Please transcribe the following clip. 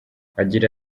agira